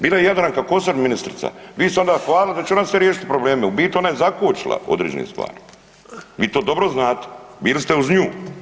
Bila Jadranka Kosor ministrica, vi ste se onda hvalili da će ona sve riješiti probleme, u biti ona je zakočila određene stvari, vi to dobro znate bili ste uz nju.